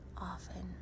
often